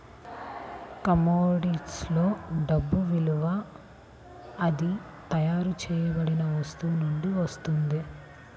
కమోడిటీస్లో డబ్బు విలువ అది తయారు చేయబడిన వస్తువు నుండి వస్తుంది